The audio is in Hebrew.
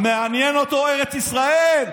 מעניין אותו ארץ ישראל?